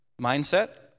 mindset